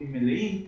מלאים.